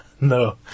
No